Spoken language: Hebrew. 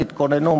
תתכוננו,